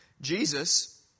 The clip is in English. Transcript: Jesus